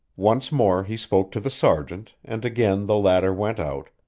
once more he spoke to the sergeant, and again the latter went out,